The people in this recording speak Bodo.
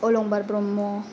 अलंबार ब्रह्म